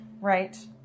Right